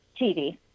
TV